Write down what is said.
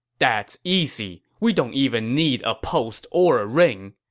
that's easy! we don't even need a post or a ring.